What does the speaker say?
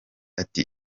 ati